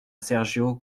sergio